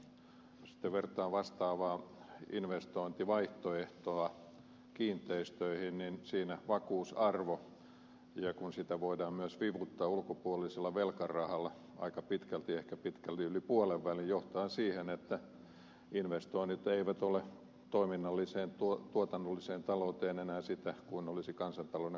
jos sitten vertaa vastaavaa investointivaihtoehtoa kiinteistöihin niin siinä vakuusarvo kun sitä voidaan myös vivuttaa ulkopuolisella velkarahalla aika pitkälti ehkä pitkälti yli puolenvälin johtaa siihen että investoinnit eivät ole toiminnalliseen tuotannolliseen talouteen enää sitä kuin olisi kansantalouden kokonaisedun mukaista